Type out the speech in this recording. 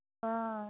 অঁ